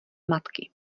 matky